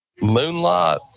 moonlight